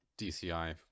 DCI